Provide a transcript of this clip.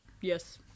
Yes